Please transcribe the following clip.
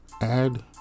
add